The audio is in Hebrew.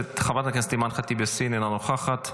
חברת הכנסת אימאן ח'טיב יאסין, אינה נוכחת,